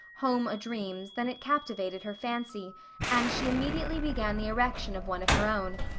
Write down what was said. home o'dreams, than it captivated her fancy and she immediately began the erection of one of her own.